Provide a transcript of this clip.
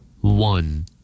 One